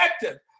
effective